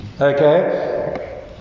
Okay